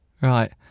right